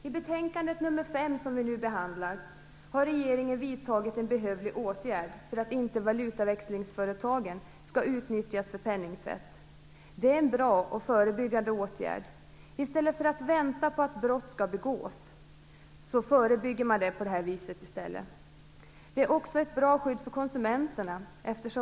I betänkande nr 5, som vi nu behandlar, tillstyrker utskottet regeringens förslag att vidta en behövlig åtgärd för att inte valutaväxlingsföretagen skall utnyttjas för penningtvätt. Det är en bra och förebyggande åtgärd. I stället för att vänta på att brott skall begås förebygger man det. Det är också ett bra skydd för konsumenterna.